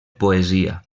poesia